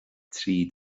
trí